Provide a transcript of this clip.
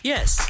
Yes